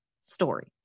story